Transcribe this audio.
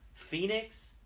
Phoenix